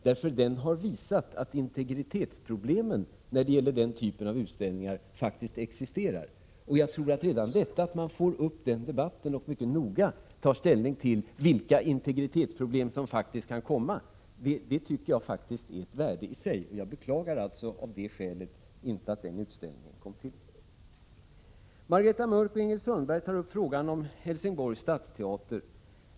Den har nämligen visat att integritetsproblemen när det gäller den typen av utställningar faktiskt existerar. Redan det faktum att man tar upp den debatten och mycket noga tar ställning när det gäller de integritetsproblem som faktiskt kan uppkomma tycker jag har ett värde i sig. Av det skälet beklagar jag alltså inte att utställningen kom till. Margareta Mörck och Ingrid Sundberg tar upp frågan om Helsingborgs - stadsteater.